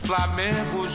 Flamengo